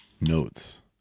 Notes